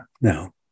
No